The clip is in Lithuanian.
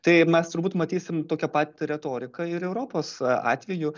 tai mes turbūt matysim tokią pat retoriką ir europos atveju